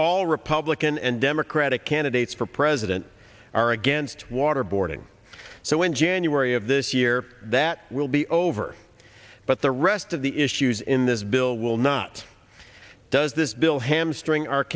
all republican and democratic candidates for president are against waterboarding so in january of this year that will be over but the rest of the issues in this bill will not does this bill hamstring